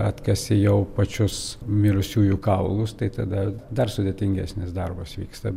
atkasė jau pačius mirusiųjų kaulus tai tada dar sudėtingesnis darbas vyksta